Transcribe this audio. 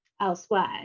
elsewhere